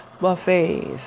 buffets